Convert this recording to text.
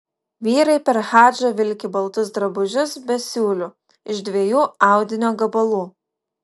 vyrai per hadžą vilki baltus drabužius be siūlių iš dviejų audinio gabalų